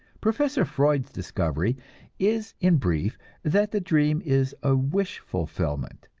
professor freud's discovery is in brief that the dream is a wish-fulfillment.